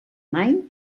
main